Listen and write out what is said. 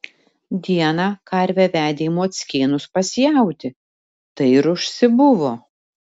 dieną karvę vedė į mockėnus pas jautį tai ir užsibuvo